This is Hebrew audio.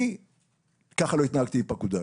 אני ככה לא התנהגתי עם פקודיי.